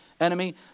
enemy